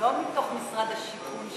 לא מתוך משרד השיכון,